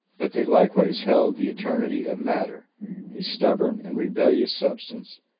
but they likewise held the eternity of matter a stubborn and rebellious substance,